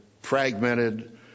fragmented